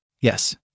Yes